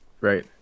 Right